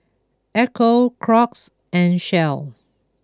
Ecco Crocs and Shell